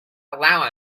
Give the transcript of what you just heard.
allow